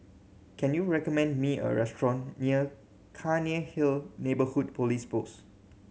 can you recommend me a restaurant near Cairnhill Neighbourhood Police Post